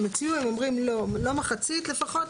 הם אומרים לא מחצית לפחות,